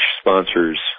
sponsors